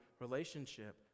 relationship